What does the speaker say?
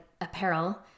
Apparel